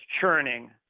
churning